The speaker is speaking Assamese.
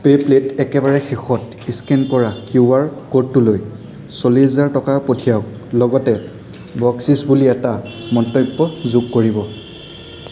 পে' প্লেত একেবাৰে শেষত স্কেন কৰা কিউ আৰ ক'ডটোলৈ চল্লিশ হাজাৰ টকা পঠিয়াওক লগতে বকচিচ বুলি এটা মন্তব্য যোগ কৰিব